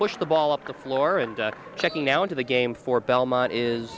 push the ball up the floor and checking now into the game for belmont is